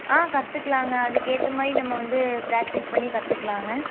ஆ கற்றுக்குலாங்க அதுக்கு ஏற்ற மாதிரி நம்ம வந்து ப்ராக்டிஸ் பண்ணி கற்றுக்குலாங்க